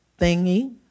thingy